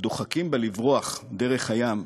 הדוחקים בה לברוח דרך הים,